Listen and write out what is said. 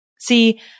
See